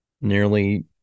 nearly